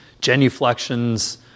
genuflections